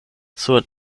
sur